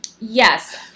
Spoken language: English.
Yes